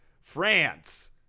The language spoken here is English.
France